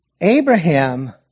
Abraham